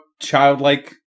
childlike